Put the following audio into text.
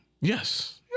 Yes